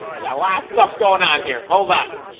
yeah last stuff going on here hold on